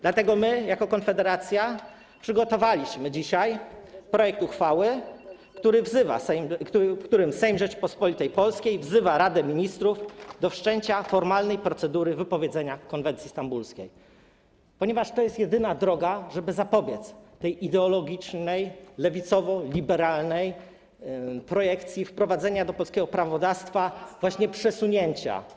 Dlatego my jako Konfederacja przygotowaliśmy dzisiaj projekt uchwały, w którym Sejm Rzeczypospolitej Polskiej wzywa Radę Ministrów do wszczęcia formalnej procedury wypowiedzenia konwencji stambulskiej, ponieważ to jest jedyna droga, żeby zapobiec tej ideologicznej, lewicowo-liberalnej projekcji wprowadzenia do polskiego prawodawstwa właśnie przesunięcia.